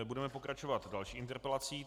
Budeme pokračovat další interpelací.